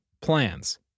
plans